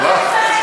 לתקשורת.